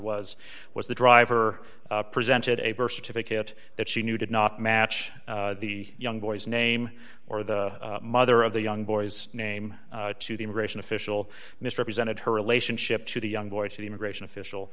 was was the driver presented a birth certificate that she knew did not match the young boy's name or the mother of the young boy's name to the immigration official misrepresented her relationship to the young boy to the immigration official